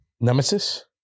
nemesis